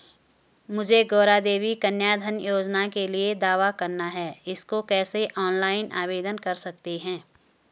मुझे गौरा देवी कन्या धन योजना के लिए दावा करना है इसको कैसे ऑनलाइन आवेदन कर सकते हैं?